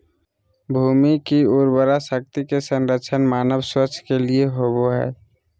भूमि की उर्वरा शक्ति के संरक्षण मानव स्वास्थ्य के लिए होबो हइ